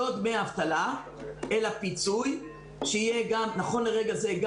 דמי אבטלה אלא פיצוי שיהיה נכון לרגע זה,